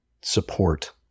support